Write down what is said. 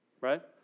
right